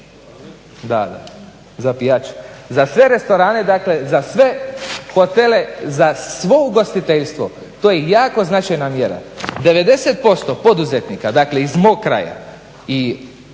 Da, da za pijaču. Za sve restorane, dakle za sve hotele za svo ugostiteljstvo. To je jako značajna mjera. 90% poduzetnika dakle iz mog kraja i